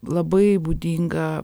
labai būdinga